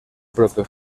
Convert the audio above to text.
propio